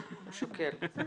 שוקל.